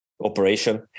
operation